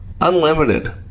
unlimited